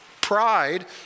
pride